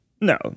No